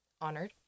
honored